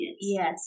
Yes